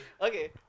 okay